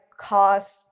cost